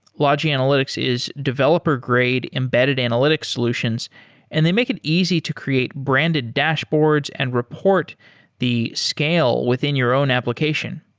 logi analytics is developer grade embedded analytics solutions and they make it easy to create branded dashboards and report the scale within your own application.